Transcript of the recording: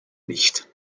nicht